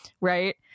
right